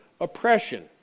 oppression